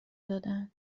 دادن